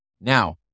Now